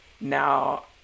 now